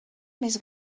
més